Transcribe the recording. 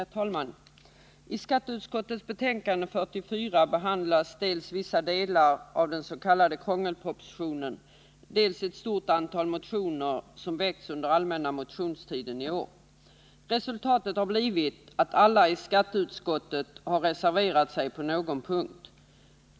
Herr talman! I skatteutskottets betänkande nr 44 behandlas dels vissa delar av dens.k. krångelpropositionen, dels ett stort antal motioner som har väckts under den allmänna motionstiden i år. Resultatet har blivit att alla i skatteutskottet har reserverat sig på någon punkt.